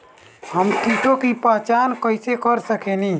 हम कीटों की पहचान कईसे कर सकेनी?